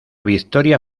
victoria